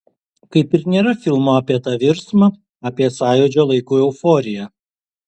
kaip ir nėra filmo apie tą virsmą apie sąjūdžio laikų euforiją